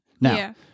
Now